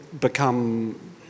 become